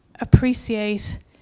appreciate